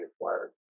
acquired